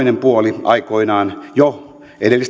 puoli aikoinaan jo edellisten hallitusten